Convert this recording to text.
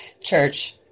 Church